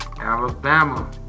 Alabama